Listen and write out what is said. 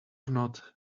not